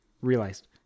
realized